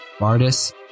Bardis